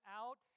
out